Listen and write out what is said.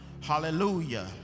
Hallelujah